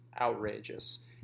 outrageous